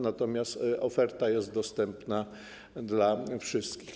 Natomiast oferta jest dostępna dla wszystkich.